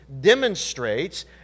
demonstrates